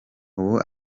ubu